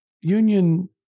union